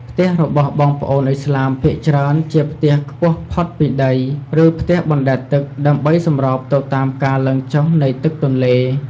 ផ្ទះរបស់បងប្អូនឥស្លាមភាគច្រើនជាផ្ទះខ្ពស់ផុតពីដី ឬផ្ទះបណ្តែតទឹក ដើម្បីសម្របទៅតាមការឡើងចុះនៃទឹកទន្លេ។